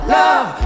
love